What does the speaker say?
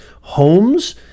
Homes